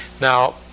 Now